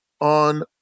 on